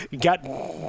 got